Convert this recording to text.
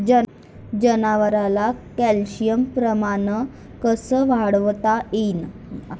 जनावरात कॅल्शियमचं प्रमान कस वाढवता येईन?